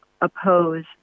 oppose